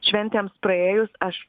šventėms praėjus aš